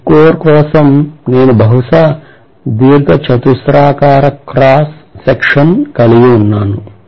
ఈ కోర్ కోసం నేను బహుశా దీర్ఘచతురస్రాకార క్రాస్ సెక్షన్ కలిగి ఉన్నాను